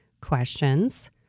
questions